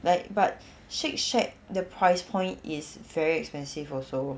like but shake shack the price point is very expensive also